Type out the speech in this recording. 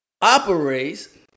operates